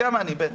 גם אני, בטח.